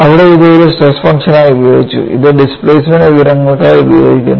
അവിടെ ഇത് ഒരു സ്ട്രെസ് ഫംഗ്ഷനായി ഉപയോഗിച്ചു ഇത് ഡിസ്പ്ലേസ്മെൻറ് വിവരങ്ങൾക്കായി ഉപയോഗിക്കുന്നു